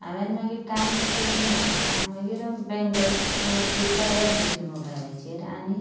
हांवें मागी टायम आनी केल ना हांयें मागी बँगल्सा फ्लिपकार्ट एप घेतलो मोबायलाचेर